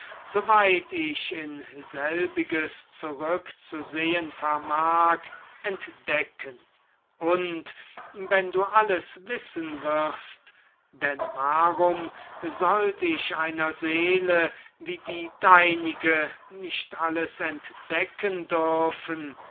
weit ich in selbiges zurückzusehen vermag entdecken und wenn du alles wissen wirst ich weiß es daß ich einer so großen seele wie die deinige alles entdecken darf denn